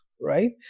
right